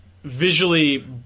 visually